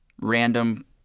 random